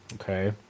Okay